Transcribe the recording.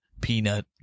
peanut